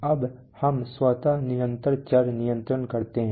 अब हम स्वत निरंतर चर नियंत्रण करते हैं